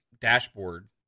dashboard